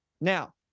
Now